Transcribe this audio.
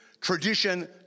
tradition